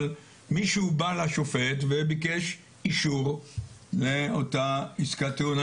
אבל מישהו בא לשופט וביקש אישור לאותה עסקת טיעון.